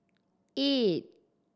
eight